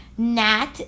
Nat